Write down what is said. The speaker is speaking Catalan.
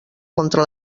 contra